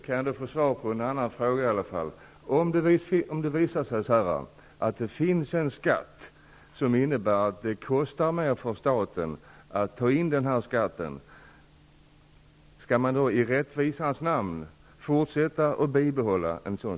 Fru talman! Då skulle jag vilja ha svar på en annan fråga: Om det visar sig att en skatt innebär att det kostar mera för staten att ta in den här skatten, skall man då i rättvisans namn bibehålla den?